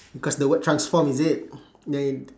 because the word transform is it